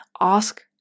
ask